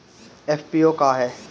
FPO का ह?